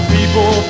People